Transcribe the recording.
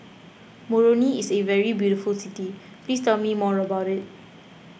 Moroni is a very beautiful city please tell me more about it